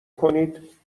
کنید